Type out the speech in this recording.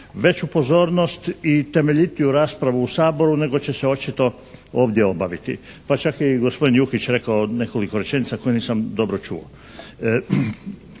veću pozornost i temeljitiju raspravu u Saboru nego će se očito ovdje obaviti. Pa čak je i gospodin Jukić rekao nekoliko rečenice koje nisam dobro čuo.